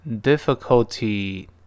difficulty